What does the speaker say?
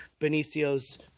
benicio's